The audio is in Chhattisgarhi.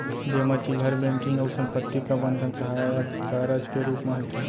जेमा चिल्लहर बेंकिंग अउ संपत्ति प्रबंधन सहायक कारज के रूप म होथे